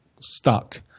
stuck